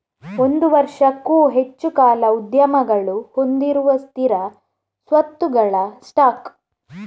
ಒಂದು ವರ್ಷಕ್ಕೂ ಹೆಚ್ಚು ಕಾಲ ಉದ್ಯಮಗಳು ಹೊಂದಿರುವ ಸ್ಥಿರ ಸ್ವತ್ತುಗಳ ಸ್ಟಾಕ್